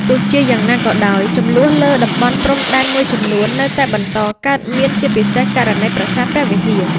ទោះជាយ៉ាងណាក៏ដោយ ជម្លោះលើតំបន់ព្រំដែនមួយចំនួននៅតែបន្តកើតមាន ជាពិសេសករណី ប្រាសាទព្រះវិហារ។